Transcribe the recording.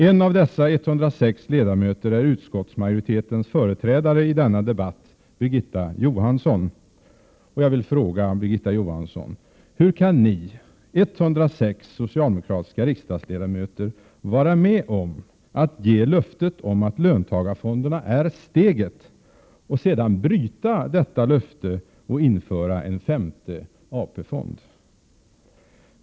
En av dessa 106 ledamöter är utskottsmajoritetens företrädare i denna debatt, Birgitta Johansson. Jag vill fråga Birgitta Johansson: Hur kan ni 106 socialdemokratiska riksdagsledamöter vara med om att ge löftet om att löntagarfonderna är ”steget” och sedan bryta mot detta löfte och införa en femte AP-fond?